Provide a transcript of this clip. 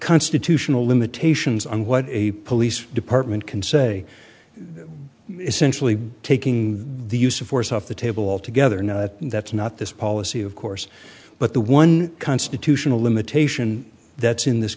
constitutional limitations on what a police department can say essentially taking the use of force off the table altogether no that's not this policy of course but the one constitutional limitation that's in this